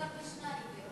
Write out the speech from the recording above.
פי-שניים,